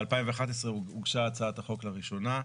ב-2011 הוגשה הצעת החוק לראשונה,